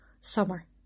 Summer